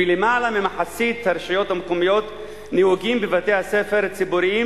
בלמעלה ממחצית מהרשויות המקומיות נהוגים בבתי-הספר הציבוריים